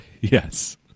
Yes